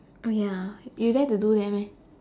oh ya you dare to do there meh